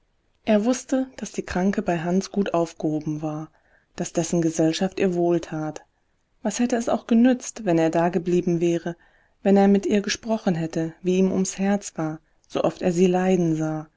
er wußte daß die kranke bei hans gut aufgehoben war daß dessen gesellschaft ihr wohltat was hätte es auch genützt wenn er dageblieben wäre wenn er mit ihr gesprochen hätte wie ihm ums herz war sooft er sie leiden sah